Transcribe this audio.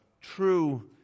true